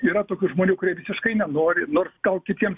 yra tokių žmonių kurie visiškai nenori nors gal kitiems